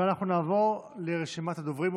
ואנחנו נעבור לרשימת הדוברים.